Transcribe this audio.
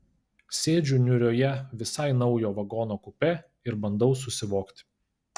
sėdžiu niūrioje visai naujo vagono kupė ir bandau susivokti